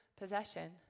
possession